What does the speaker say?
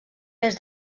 més